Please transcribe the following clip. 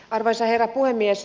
arvoisa herra puhemies